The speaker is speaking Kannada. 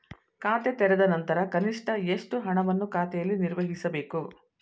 ಖಾತೆ ತೆರೆದ ನಂತರ ಕನಿಷ್ಠ ಎಷ್ಟು ಹಣವನ್ನು ಖಾತೆಯಲ್ಲಿ ನಿರ್ವಹಿಸಬೇಕು?